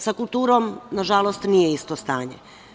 Sa kulturom, nažalost, nije isto stanje.